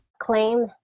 Claim